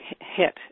hit